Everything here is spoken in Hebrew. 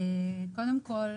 קודם כול,